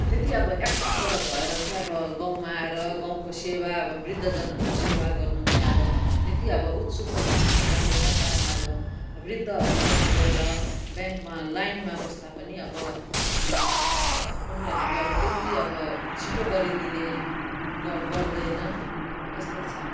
त्यति अब एक्टिभ ग भएर चाहिँ अब गाउँमा आएर गाउँको सेवा अब वृद्धजनहरूको सेवा गर्नु चाहिँ अब त्यति अब उत्सुक भएको जस्तो लाग्दैन कारण अब वृद्धहरू वहाँ गएर ब्याङ्कमा लाइनमा बस्दा पनि अब उनीहरूले अब त्यति अब छिट्टो गरिदिने गर्दैनन् यस्तै छ